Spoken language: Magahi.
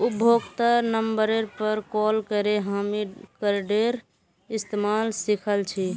उपभोक्तार नंबरेर पर कॉल करे हामी कार्डेर इस्तमाल सिखल छि